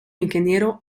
ingeniero